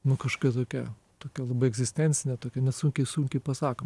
nu kažkokia tokia tokia labai egzistencinė tokia net sunkiai sunkiai pasakoma